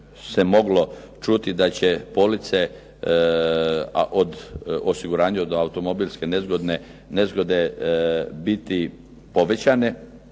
se moglo čuti da će police, a od osiguranja od automobilske nezgode biti povećane,